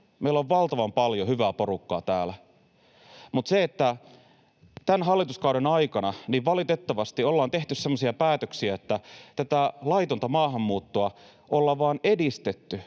Meillä on valtavan paljon hyvää porukkaa täällä. Mutta tämän hallituskauden aikana valitettavasti ollaan tehty semmoisia päätöksiä, että tätä laitonta maahanmuuttoa ollaan vain edistetty,